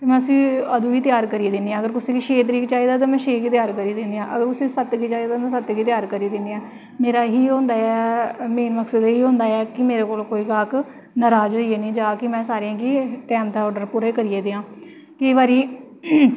ते में उस्सी अदूं गै त्यार करियै दिन्नी आं अगर कुसै गी छे तरीक चाहिदा ऐ ते छे गी दिन्नी आं और अगर उस्सी सत्त गी चाहिदा ऐ सत्त गी दिन्नी आं मेरी एह् ही होंदा ऐ मेरा मकसद इ'यै होंदा ऐ कि मेरे कोला दा कोई ग्रााह्क नराज होइयै निं जा कि में सारेआं गी टैम दा आर्डर पूरा करियै देआं केईं बारी